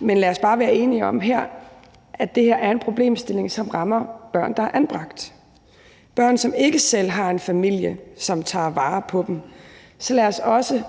Men lad os bare være enige om her, at det her er en problemstilling, som rammer børn, der er anbragt, børn, som ikke selv har en familie, som tager vare på dem. Så lad os også